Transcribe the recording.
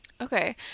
Okay